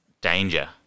danger